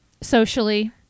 socially